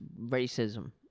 racism